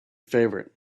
favorite